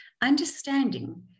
understanding